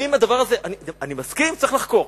אני מסכים שצריך לחקור,